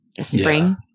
spring